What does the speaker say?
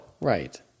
Right